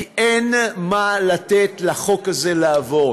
כי אין מה לתת לחוק הזה לעבור.